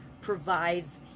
provides